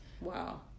wow